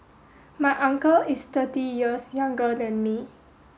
my uncle is thirty years younger than me